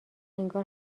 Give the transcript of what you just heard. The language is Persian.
انگار